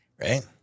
right